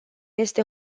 este